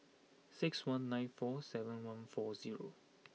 six one nine four seven one four zero